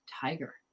tiger